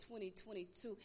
2022